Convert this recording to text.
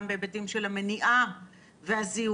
גם בהיבטים של המניעה והזיהוי,